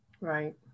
Right